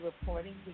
reporting